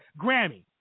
Grammy